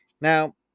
Now